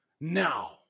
Now